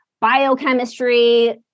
biochemistry